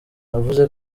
navuze